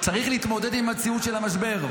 צריך להתמודד עם מציאות של המשבר.